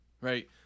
right